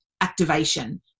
activation